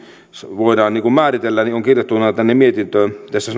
voidaan määritellä on kirjattuna tänne mietintöön tässä